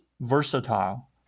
versatile